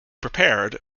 prepared